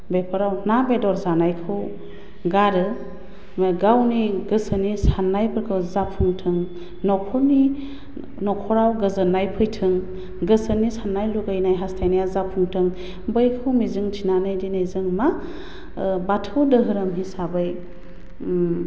बेफोराव ना बेदर जानायखौ गारो गावनि गोसोनि साननायफोरखौ जाफुंथों नख'रनि नख'राव गोजोन्नाय फैथों गोसोनि साननाय लुगैनाय हास्थायनाया जाफुंथों बैखौ मिजिंथिनानै दिनै जों मा बाथौ दोहोरोम हिसाबै